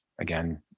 again